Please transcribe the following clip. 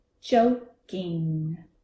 joking